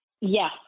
Yes